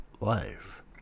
life